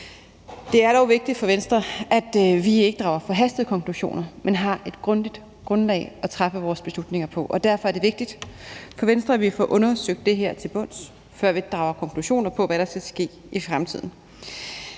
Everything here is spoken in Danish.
Det er dog vigtigt for Venstre, at vi ikke drager forhastede konklusioner, men har et solidt grundlag at træffe vores beslutninger på. Derfor er det vigtigt for Venstre, at vi får undersøgt det her til bunds, før vi drager konklusioner på, hvad der skal ske i fremtiden.